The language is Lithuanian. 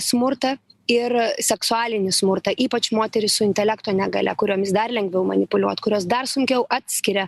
smurtą ir seksualinį smurtą ypač moterys su intelekto negalia kuriomis dar lengviau manipuliuot kurios dar sunkiau atskiria